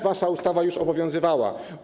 Wasza ustawa już obowiązywała.